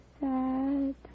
sad